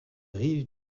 rives